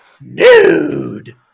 nude